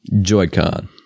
Joy-Con